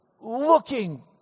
looking